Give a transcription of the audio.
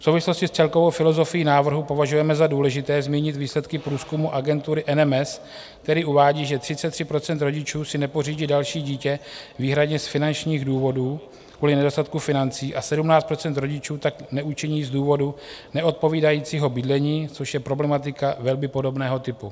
V souvislosti s celkovou filozofií návrhu považujeme za důležité zmínit výsledky průzkumu agentury MMS, který uvádí, že 33 % rodičů si nepořídí další dítě výhradně z finančních důvodů, kvůli nedostatku financí, a 17 % rodičů tak neučiní z důvodu neodpovídajícího bydlení, což je problematika velmi podobného typu.